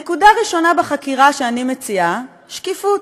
נקודה ראשונה בחקירה שאני מציעה, שקיפות.